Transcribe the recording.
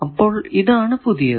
അപ്പോൾ ഇതാണ് പുതിയത്